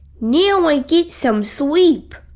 now i get some sleep